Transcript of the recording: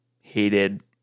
hated